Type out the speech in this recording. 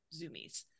zoomies